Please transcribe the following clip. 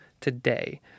today